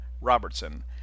Robertson